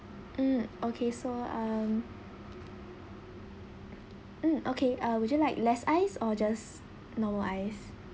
mm okay so um mm okay uh would you like less ice or just normal ice